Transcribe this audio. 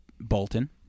Bolton